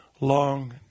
long